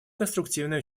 конструктивное